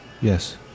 Yes